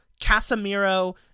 Casemiro